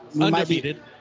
undefeated